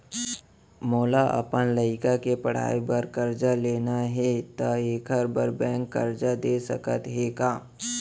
मोला अपन लइका के पढ़ई बर करजा लेना हे, त एखर बार बैंक करजा दे सकत हे का?